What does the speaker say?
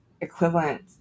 equivalent